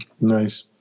Nice